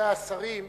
רבותי השרים,